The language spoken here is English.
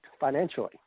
financially